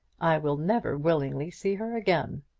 i will never willingly see her again.